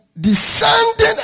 descending